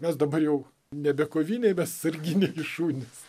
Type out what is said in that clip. mes dabar jau nebe koviniai bet sarginiai šunys